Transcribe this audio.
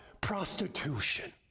Prostitution